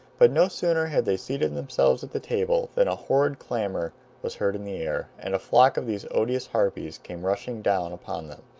but no sooner had they seated themselves at the table than a horrible clamor was heard in the air, and a flock of these odious harpies came rushing down upon them,